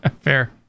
Fair